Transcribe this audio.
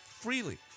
freely